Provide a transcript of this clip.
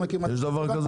יש דבר כזה?